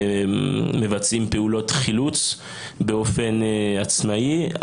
מבצעים פעולות חילוץ באופן עצמאי.